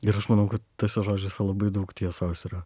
ir aš manau kad tuose žodžiuose labai daug tiesos yra